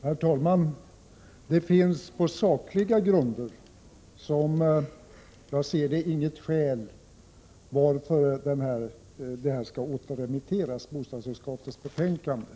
Herr talman! Det finns på sakliga grunder, som jag ser det, inget skäl att återremittera bostadsutskottets betänkande.